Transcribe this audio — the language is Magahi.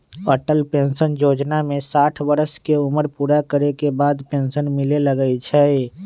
अटल पेंशन जोजना में साठ वर्ष के उमर पूरा करे के बाद पेन्सन मिले लगैए छइ